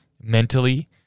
mentally